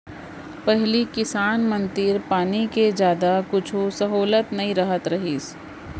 पहिली किसान मन तीर पानी के जादा कुछु सहोलत नइ रहत रहिस